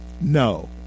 No